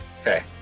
Okay